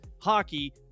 hockey